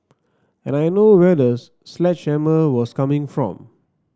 and I know where the sledgehammer was coming from